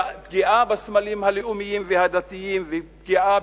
פגיעה בסמלים הלאומיים והדתיים ופגיעה